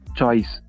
choice